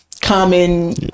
common